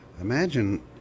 Imagine